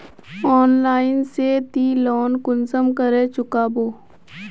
Online से ती loan कुंसम करे चुकाबो?